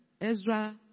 Ezra